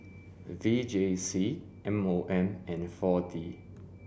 V J C M O M and four D